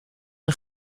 een